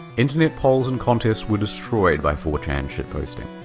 internet polls and contests were destroyed by four chan shitposting.